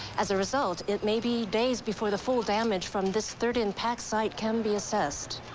as a result, it may be days before the full damage from this third impact site can be assessed.